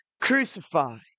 crucified